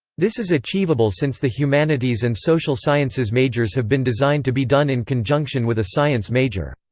this is achievable since the humanities and social sciences majors have been designed to be done in conjunction with a science major.